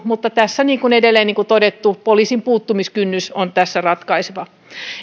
mutta niin kuin on edellä todettu poliisin puuttumiskynnys on tässä ratkaiseva